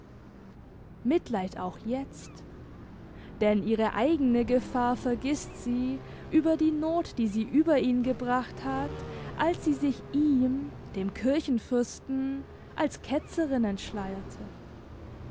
mitleid auch jetzt denn ihre eigene gefahr vergißt sie über die not die sie über ihn gebracht hat als sie sich ihm dem kirchenfürsten als ketzerin